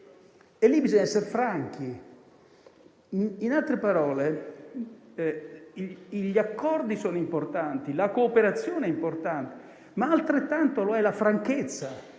temi bisogna essere franchi. In altre parole, gli accordi e la cooperazione sono importanti, ma altrettanto lo è la franchezza